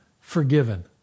forgiven